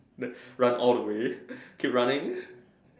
run all the way keep running